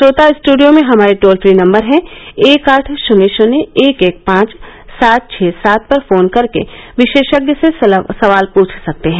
श्रोता स्ट्डियो में हमारे टोल फ्री नम्बर है एक आठ शन्य शन्य एक एक पांच सात छः सात पर फोन करके विशेषज्ञ से सवाल पृछ सकते हैं